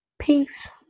Peace